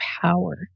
power